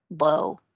low